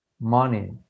money